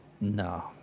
No